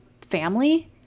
family